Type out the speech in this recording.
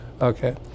okay